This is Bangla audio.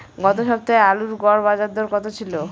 গত সপ্তাহে আলুর গড় বাজারদর কত ছিল?